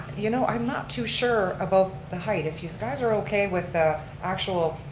you know i'm not too sure about the height. if you guys are okay with the actual,